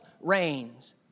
reigns